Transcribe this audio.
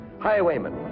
highwaymen